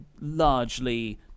largely